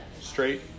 straight